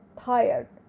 tired